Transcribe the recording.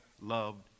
loved